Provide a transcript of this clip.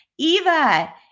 Eva